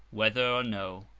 whether or no.